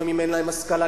לפעמים אין להם השכלה,